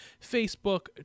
Facebook